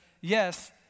yes